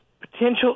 potential